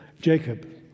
Jacob